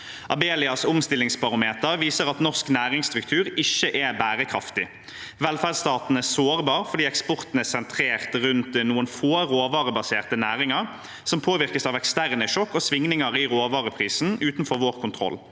Abelias omstillingsbarometer viser at norsk næringsstruktur ikke er bærekraftig. Velferdsstaten er sår bar fordi eksporten er sentrert rundt noen få råvarebaserte næringer, som påvirkes av eksterne sjokk og svingninger i råvareprisen utenfor vår kontroll.